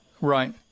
Right